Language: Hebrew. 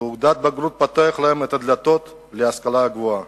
תעודת בגרות פותחת להם את הדלתות להשכלה הגבוהה.